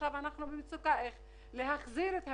עכשיו אנחנו במצוקה על איך להחזיר את המשק.